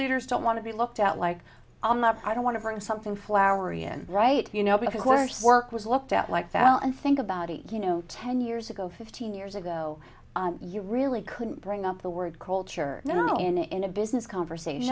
leaders don't want to be looked at like i'm not i don't want to bring something flowery and write you know because i work was looked at like that and think about it you know ten years ago fifteen years ago you really couldn't bring up the word culture you know in in a business conversation you